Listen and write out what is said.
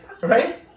Right